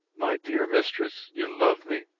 my dear mistress, you love me?